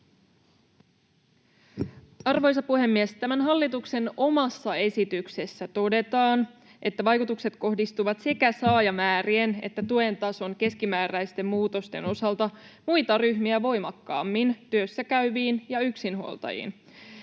Arvoisa puhemies! Tämän hallituksen omassa esityksessä todetaan, että vaikutukset kohdistuvat sekä saajamäärien että tuen tason keskimääräisten muutosten osalta muita ryhmiä voimakkaammin työssäkäyviin ja yksinhuoltajiin.